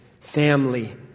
Family